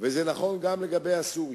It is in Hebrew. וזה נכון גם לגבי הסורים.